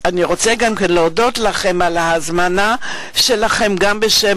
אני רוצה להודות לכם על ההזמנה שלכם גם בשם